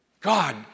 God